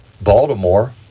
Baltimore